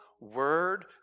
word